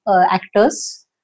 actors